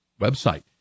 website